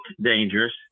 dangerous